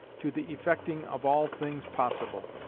to the effecting of all things possible.